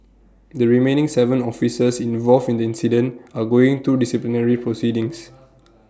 the remaining Seven officers involved in the incident are going through disciplinary proceedings